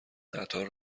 قطار